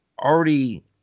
already